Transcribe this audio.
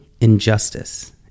injustice